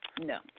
No